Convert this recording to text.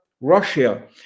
Russia